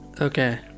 okay